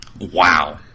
Wow